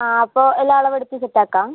ഇപ്പൊൾ എല്ലാ അളവ് എടുത്ത് വിട്ടേക്കാം